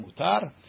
mutar